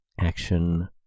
action